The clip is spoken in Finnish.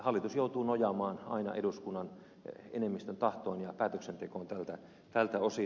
hallitus joutuu nojaamaan aina eduskunnan enemmistön tahtoon ja päätöksentekoon tältä osin